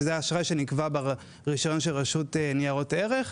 שזה האשראי שנקבע ברישיון של רשות ניירות ערך,